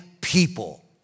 people